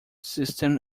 system